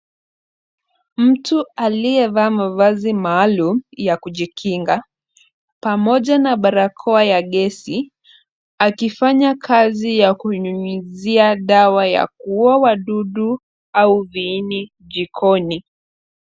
Mtu aliyevaa mavazi maalum ya kujikinga, pamoja na barakoa ya gesi akifanya kazi ya kunyunyizia dawa ya kuua wadudu au viini jikoni.